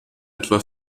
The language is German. etwa